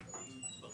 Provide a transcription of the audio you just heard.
תודה רבה.